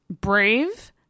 brave